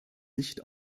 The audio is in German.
nicht